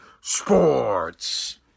sports